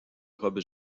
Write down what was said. robe